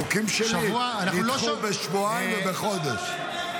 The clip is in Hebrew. חוקים שלי נדחו בשבועיים ובחודש.